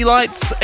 Light's